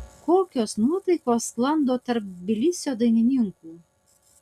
kokios nuotaikos sklando tarp tbilisio dailininkų